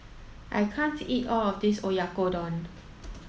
I can't eat all of this Oyakodon